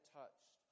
touched